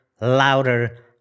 Louder